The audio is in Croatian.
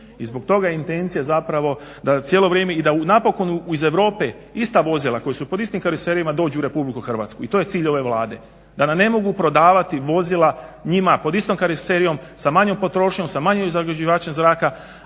i zbog toga je intencija zapravo da cijelo vrijeme, i da napokon iz Europe ista vozila koja su pod istim karoserijama dođu u Republiku Hrvatske i to je cilj ove Vlade, da nam ne mogu prodavati vozila njima pod istom karoserijom sa manjom potrošnjom, sa manjim zagađivačem zraka,